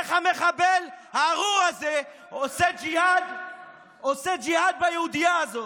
איך המחבל הארור הזה עושה ג'יהאד ביהודייה הזאת?